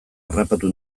harrapatu